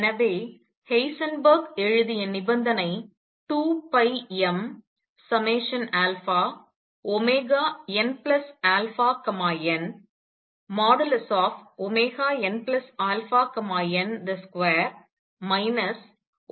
எனவே ஹெய்சன்பெர்க் எழுதிய நிபந்தனை 2 m nαn|nαn|2 nn α|Cnn α |2h ஆகும்